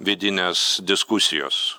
vidinės diskusijos